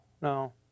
No